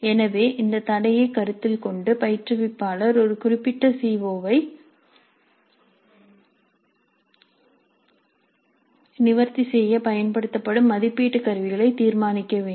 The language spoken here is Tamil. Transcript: எனவே இந்த தடையை கருத்தில் கொண்டு பயிற்றுவிப்பாளர் ஒரு குறிப்பிட்ட சிஓ ஐ நிவர்த்தி செய்ய பயன்படுத்தப்படும் மதிப்பீட்டு கருவிகளை தீர்மானிக்க வேண்டும்